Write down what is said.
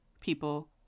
people